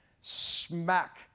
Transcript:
smack